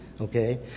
Okay